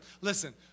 Listen